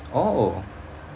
oh